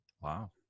Wow